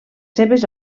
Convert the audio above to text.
seves